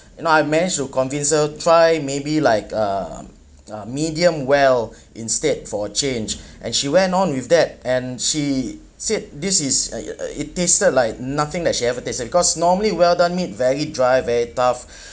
you know I managed to convince her to try maybe like um a medium well instead for change and she went on with that and she said this is uh it~ it tasted like nothing that she have ever tasted because normally well done meat very dry very tough